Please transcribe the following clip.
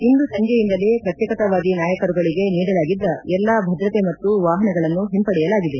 ಇಂದು ಸಂಜೆಯಿಂದಲೇ ಪ್ರತೇಕತಾವಾದಿ ನಾಯಕರುಗಳಿಗೆ ನೀಡಲಾಗಿದ್ದ ಎಲ್ಲ ಭದ್ರತೆ ಮತ್ತು ವಾಹನಗಳನ್ನು ಹಿಂಪಡೆಯಲಾಗಿದೆ